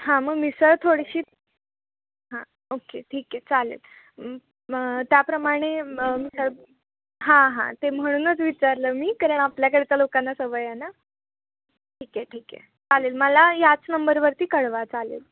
हां मग मिसळ थोडीशी हां ओके ठीक आहे चालेल मग त्याप्रमाणे मिसळ हां हां ते म्हणूनच विचारलं मी कारण आपल्याकडच्या लोकांना सवय आहे ना ठीक आहे ठीक आहे चालेल मला याच नंबरवरती कळवा चालेल